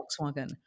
Volkswagen